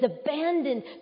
abandoned